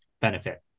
benefit